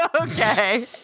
okay